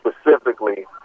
specifically